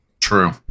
True